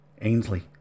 Ainsley